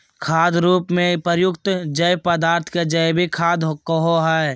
खाद रूप में प्रयुक्त जैव पदार्थ के जैविक खाद कहो हइ